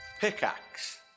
Pickaxe